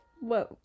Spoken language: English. Whoa